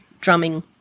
drumming